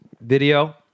video